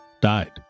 died